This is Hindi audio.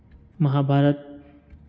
महाभारत